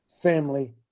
Family